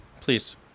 please